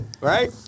right